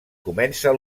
comença